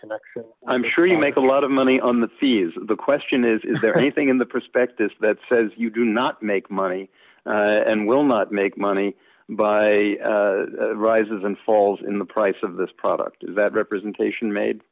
connection i'm sure you make a lot of money on the fees the question is is there anything in the prospectus that says you do not make money and will not make money by rises and falls in the price of this product is that representation made